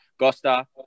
Gosta